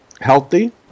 healthy